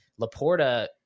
Laporta